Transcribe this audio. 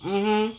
mmhmm